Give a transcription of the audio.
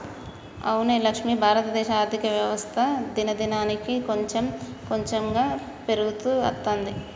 అవునే లక్ష్మి భారతదేశ ఆర్థిక వ్యవస్థ దినదినానికి కాంచెం కాంచెం పెరుగుతూ అత్తందే